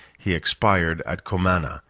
he expired at comana,